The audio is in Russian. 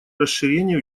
расширения